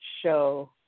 show